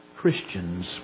Christians